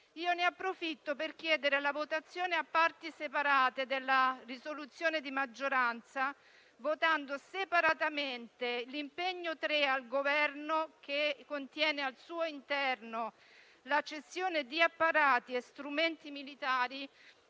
ne approfitto per chiedere la votazione per parti separate della risoluzione di maggioranza, votando separatamente il terzo impegno al Governo, quello che contiene al suo interno la cessione di apparati e strumenti militari